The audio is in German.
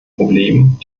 problemen